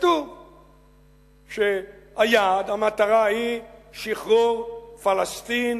כתוב שהיעד, המטרה היא שחרור פלסטין